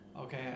Okay